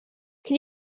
can